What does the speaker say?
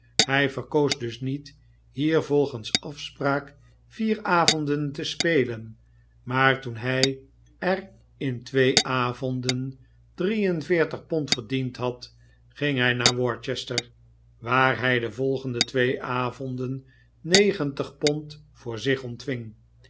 hij verkoos dus niet hier volgens afspraak vier avonden te spelen maar toen hij er in twee avonden drie en veertig pond verdiend had ging hij naar worcester waar hij de twee volgende avonden negentig pond voor zich